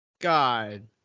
God